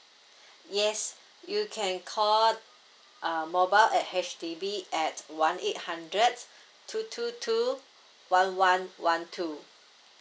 yes you can call err mobile at H_D_B at one eight hundred two two two one one one two